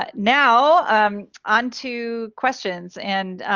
but now um on to questions and